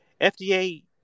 FDA